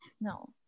no